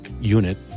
unit